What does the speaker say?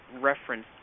reference